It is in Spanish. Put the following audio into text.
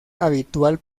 habitual